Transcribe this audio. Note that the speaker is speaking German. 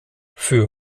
für